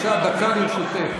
בבקשה, דקה לרשותך.